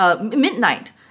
Midnight